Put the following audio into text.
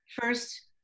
first